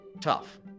tough